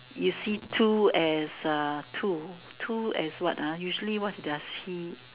you see two as uh two two as what ah usually what's their T